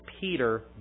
Peter